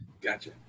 Gotcha